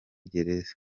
gereza